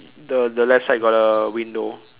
the the left side got a window